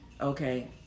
Okay